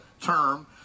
term